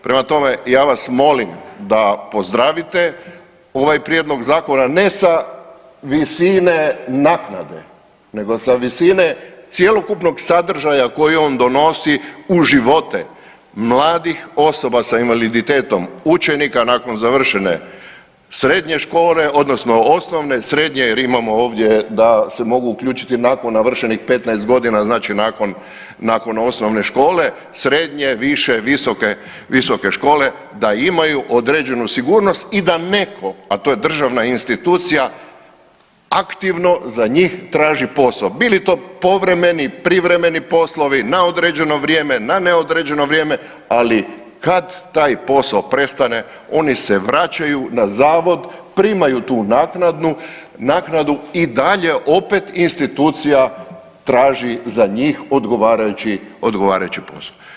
Prema tome, ja vas molim da pozdravite ovaj prijedlog zakona, ne sa visine naknade nego sa visine cjelokupnog sadržaja koji on donosi u živote mladih osoba s invaliditetom, učenika nakon završene srednje škole odnosno osnovne, srednje jer imamo ovdje da se mogu uključiti nakon navršenih 15 godina znači nakon osnovne škole, srednje, više, visoke škole da imaju određenu sigurnost i da neko, a to je državna institucija aktivno za njih traži posao, bili to povremeni, privremeni poslovi, na određeno vrijeme, na neodređeno vrijeme, ali kad taj posao prestane oni se vraćaju na zavod, primaju tu naknadu i dalje opet institucija traži za njih odgovarajući posao.